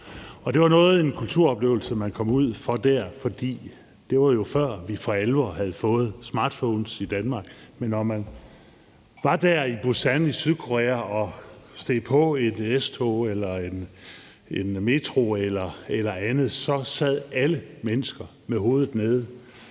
noget af en kulturoplevelse, man kom ud for der, for det var jo, før vi for alvor havde fået smartphones i Danmark. Men når man var der i Busan i Sydkorea og steg på et S-tog eller en metro eller andet, så sad alle mennesker med hovedet nede